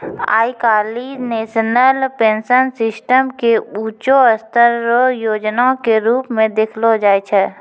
आइ काल्हि national pension system के ऊंचों स्तर रो योजना के रूप मे देखलो जाय छै